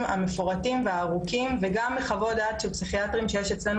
המפורטים והארוכים וגם מחוות דעת של פסיכיאטרים שיש אצלנו